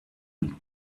und